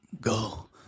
go